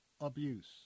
abuse